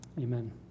amen